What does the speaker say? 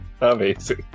Amazing